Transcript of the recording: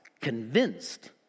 convinced